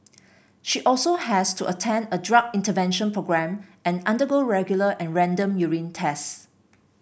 she also has to attend a drug intervention programme and undergo regular and random urine tests